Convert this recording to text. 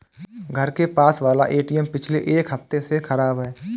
घर के पास वाला एटीएम पिछले एक हफ्ते से खराब है